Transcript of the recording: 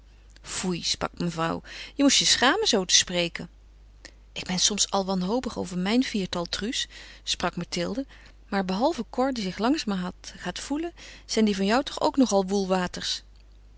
foei sprak mevrouw je moest je schamen zoo te spreken ik ben soms al wanhopig over mijn viertal truus sprak mathilde maar behalve cor die zich langzamerhand gaat voelen zijn die van jou toch ook nog